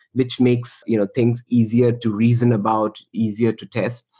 which makes you know things easier to reason about, easier to test,